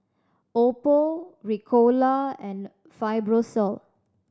Oppo Ricola and Fibrosol